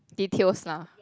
details lah